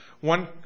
One